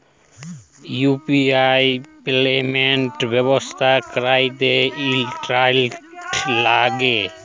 UPI payment ব্যবস্থা ক্যরতে internet ল্যাগে